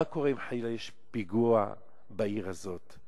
מה קורה אם חלילה יש פיגוע בעיר הזאת?